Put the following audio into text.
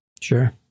Sure